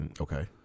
Okay